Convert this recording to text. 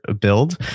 build